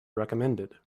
recommended